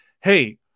hey